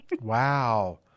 Wow